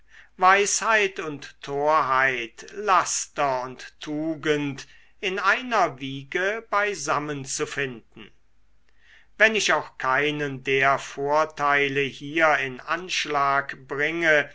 weisheit und torheit laster und tugend in einer wiege beisammen zu finden wenn ich auch keinen der vorteile hier in anschlag bringe